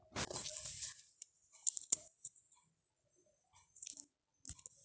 सागरी विम्याचे हप्ते कसे असतील?